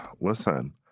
listen